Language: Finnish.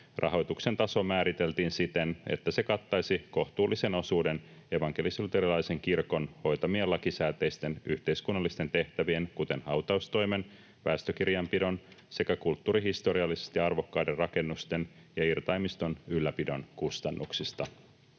rahoituksen taso määriteltiin siten, että se kattaisi kohtuullisen osuuden evankelis-luterilaisen kirkon hoitamien lakisääteisten yhteiskunnallisten tehtävien, kuten hautaustoimen, väestökirjanpidon sekä kulttuurihistoriallisesti arvokkaiden rakennusten ja irtaimiston ylläpidon, kustannuksista.